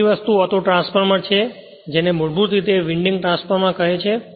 બીજી વસ્તુ ઓટોટ્રાન્સફોર્મરછે જેને મૂળભૂત રીતે તે વિન્ડિંગ ટ્રાન્સફોર્મર કહે છે